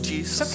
Jesus